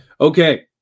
Okay